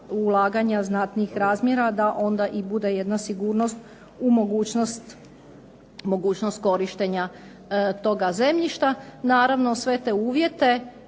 ulaganja znatnih razmjera da onda i bude jedna sigurnost u mogućnost korištenja toga zemljišta. Naravno sve te uvjete